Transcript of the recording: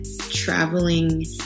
traveling